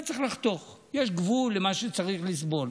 היה צריך לחתוך, יש גבול למה שצריך לסבול.